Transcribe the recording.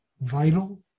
vital